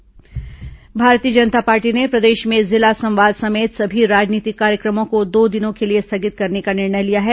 भाजपा राजनीतिक कार्यक्रम रद्द भारतीय जनता पार्टी ने प्रदेश में जिला संवाद समेत सभी राजनीतिक कार्यक्रमों को दो दिनों के लिए स्थगित करने का निर्णय लिया है